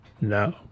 no